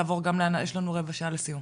יש לנו רבע שעה לסיום